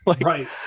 right